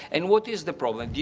and what is the problem?